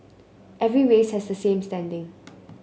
every race has the same standing